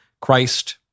Christ